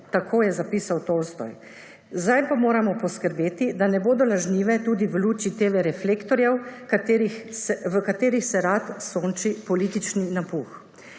je zapisal Tolstoj. Sedaj pa moramo poskrbeti, da ne bodo lažnive tudi v luči TV reflektorjev, v katerih se rad sonči politični napuh.